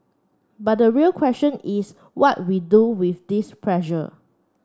but the real question is what we do with this pressure